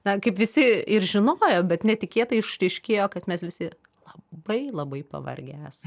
na kaip visi ir žinojo bet netikėtai išryškėjo kad mes visi labai labai pavargę es